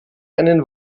einen